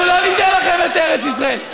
אנחנו לא ניתן לכם את ארץ ישראל.